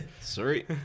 Sorry